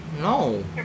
No